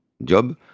job